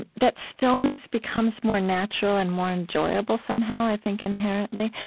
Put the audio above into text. ah that stillness becomes more natural and more enjoyable somehow, i think, inherently.